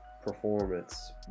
performance